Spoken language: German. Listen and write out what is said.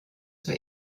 zur